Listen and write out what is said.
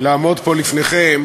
לעמוד פה לפניכם